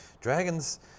Dragons